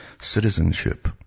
citizenship